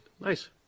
Nice